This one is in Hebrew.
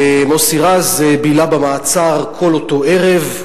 ומוסי רז בילה במעצר כל אותו ערב,